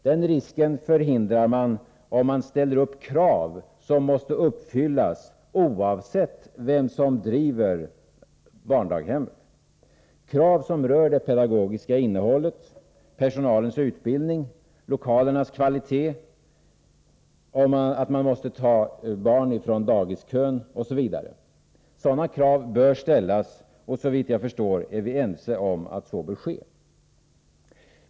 Den risken undanröjer man, om man ställer krav som måste uppfyllas oavsett vem som driver barndaghemmet, krav som rör det pedagogiska innehållet, personalens utbildning, lokalernas kvalitet, krav på att man måste ta barn ur dagiskön etc. Sådana krav bör ställas, och såvitt jag förstår är vi ense om att så bör ske.